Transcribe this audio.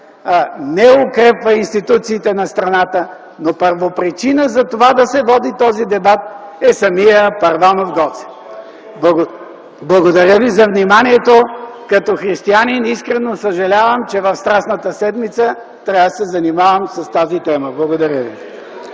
не укрепва институциите на страната. Но първопричина за това да се води този дебат е самият Първанов – Гоце. Благодаря ви за вниманието. Като християнин искрено съжалявам, че в Страстната седмица трябва да се занимавам с тази тема. Благодаря ви.